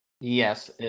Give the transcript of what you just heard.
Yes